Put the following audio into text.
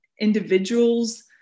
individuals